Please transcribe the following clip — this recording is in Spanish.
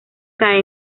cae